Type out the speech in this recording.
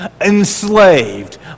enslaved